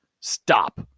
stop